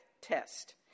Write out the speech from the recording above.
test